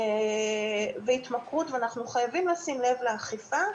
אנחנו חייבים לשים לב לאכיפה.